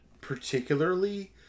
particularly